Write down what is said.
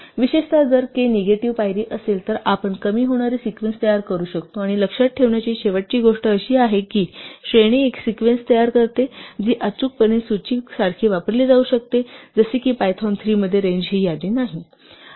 विशेषतः जर k ही निगेटिव्ह पायरी असेल तर आपण कमी होणारे सिक्वेन्स तयार करू शकतो आणि लक्षात ठेवण्याची शेवटची गोष्ट अशी आहे की श्रेणी एक सिक्वेन्स तयार करते जी अचूकपणे सूची सारखी वापरली जाऊ शकते जसे की पायथॉन 3 मध्ये रेंज ही यादी नाही